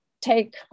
take